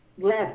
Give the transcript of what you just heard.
left